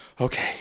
okay